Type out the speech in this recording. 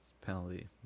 penalty